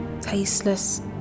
Tasteless